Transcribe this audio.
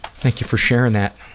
thank you for sharing that.